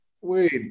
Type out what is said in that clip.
Wait